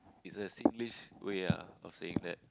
it's a Singlish way ah of saying that